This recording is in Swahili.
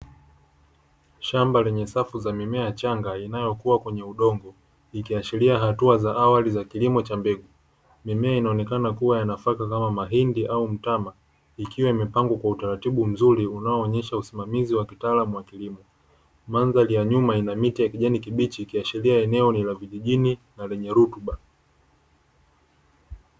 Shamba lenye safu za mimea changa inayokua kwenye udongo ikiashiria hatua za awali za kilimo cha mbegu mimea inaonekana kuwa ya nafaka kama mahindi au mtama ikiwa imepangwa kwa utaratibu mzuri unaonyesha usimamizi wa kitaalamu wa kilimo. Mandhari ya nyuma ina miti ya kijani kibichi ikiashiria eneo ni la vijijini na lenye rutuba.